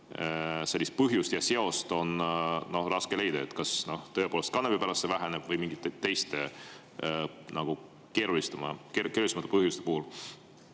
sellist põhjust ja seost on raske leida, kas tõepoolest kanepi pärast see väheneb või mingite teiste keerulisemate põhjuste tõttu.